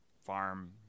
farm